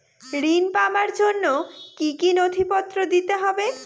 ঋণ পাবার জন্য কি কী নথিপত্র দিতে হবে?